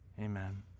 Amen